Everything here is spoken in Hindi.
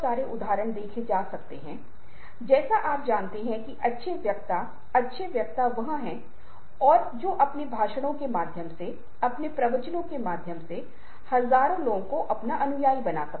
यदि आप ऐसा करते हैं यदि आप एक पुरुष हैं और यदि आप अपनी परीक्षा में अच्छा नहीं करते हैं तो ऐसा माना जाता है की आपको रोने की अनुमति नहीं है जबकि किसी लड़की को रोने की अनुमति दी जा सकती है